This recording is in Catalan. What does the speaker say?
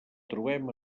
trobem